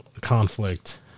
conflict